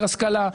יותר השכלה,